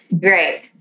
Great